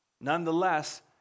Nonetheless